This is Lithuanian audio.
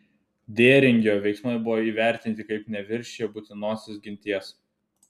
dėringio veiksmai buvo įvertinti kaip neviršiję būtinosios ginties